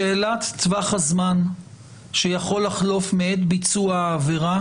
שאלת טווח הזמן שיכול לחלוף מעת ביצוע העבירה